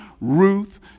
Ruth